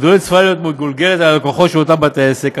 צפוי שתגולגל על הלקוחות של אותם בתי עסק,